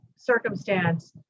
circumstance